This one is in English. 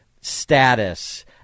status